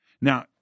Now